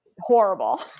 horrible